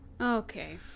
Okay